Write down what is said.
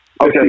Okay